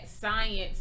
science